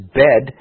bed